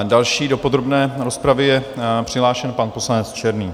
Další do podrobné rozpravy je přihlášen pan poslanec Černý.